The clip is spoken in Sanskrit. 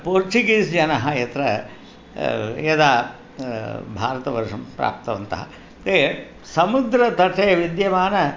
पोर्चुगीस् जना यत्र यदा भारतवर्षं प्राप्तवन्तः ते समुद्रतटे विद्यमानानि